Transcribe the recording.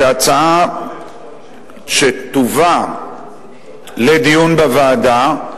שההצעה תובא לדיון בוועדה,